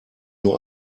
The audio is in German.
nur